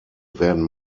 werden